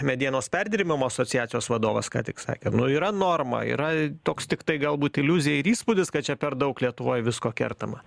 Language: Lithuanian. medienos perdirbimo asociacijos vadovas ką tik sakė nu yra norma yra toks tiktai galbūt iliuzija ir įspūdis kad čia per daug lietuvoj visko kertama